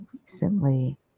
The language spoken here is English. recently